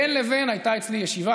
בין לבין הייתה אצלי ישיבה,